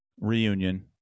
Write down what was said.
Reunion